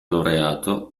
laureato